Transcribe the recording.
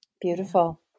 Beautiful